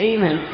Amen